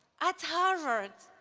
at harvard,